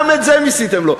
גם את זה מיסיתם לו.